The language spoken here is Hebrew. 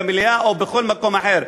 במליאה או בכל מקום אחר,